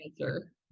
answer